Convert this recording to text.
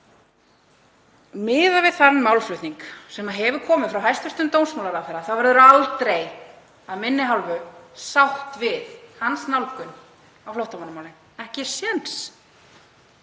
Miðað við þann málflutning sem hefur komið frá hæstv. dómsmálaráðherra þá verður aldrei af minni hálfu sátt við hans nálgun á flóttamannamálin. Ekki séns.